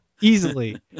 easily